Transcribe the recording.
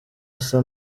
asa